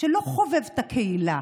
שלא חובב את הקהילה.